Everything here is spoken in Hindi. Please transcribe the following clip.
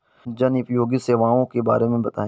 जनोपयोगी सेवाओं के बारे में बताएँ?